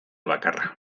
bakarra